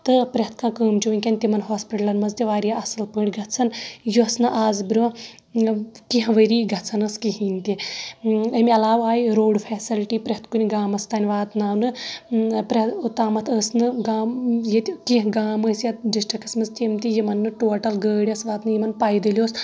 تہٕ پریٚتھ کانٛہہ کٲم چھِ ؤنٛکیٚن تِمن ہاسپِٹلَن منٛز تہِ واریاہ اَصٕل پٲٹھۍ گژھان یۄس نہٕ آزٕ بروٚنٛہہ کیٚنٛہہ ؤری گژھان ٲسۍ کہیٖنۍ تہِ اَمہِ علاوٕ آیہِ روڈ فیسلٹی پریٚتھ کُنہِ گامَس تانۍ واتناونہٕ اوتامَتھ ٲس نہٕ گام ییتہِ کیٚنٛہہ گام ٲسۍ یَتھ ڈسٹکس منٛز تِم تہِ یِمن نہٕ ٹوٹل گٲڑۍ ٲسۍ واتنٕے یِمن پایدٔلۍ اوس